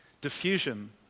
diffusion